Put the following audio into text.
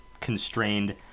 constrained